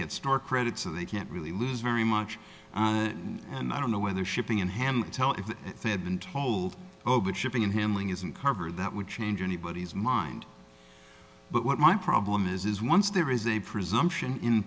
get store credit so they can't really lose very much and i don't know whether shipping and handling tell if they had been told oh but shipping in him lying isn't cover that would change anybody's mind but what my problem is is once there is a presumption in